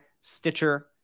Stitcher